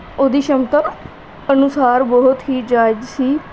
ਉਹਦੀ ਸ਼ਮਤਾ ਅਨੁਸਾਰ ਬਹੁਤ ਹੀ ਜਾਇਜ਼ ਸੀ